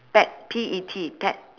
pet P E T pet